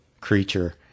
creature